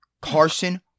Carson